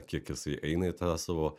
kiek jisai eina į tą savo